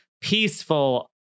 peaceful